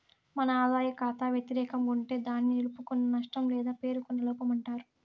మన ఆదాయ కాతా వెతిరేకం గుంటే దాన్ని నిలుపుకున్న నష్టం లేదా పేరుకున్న లోపమంటారు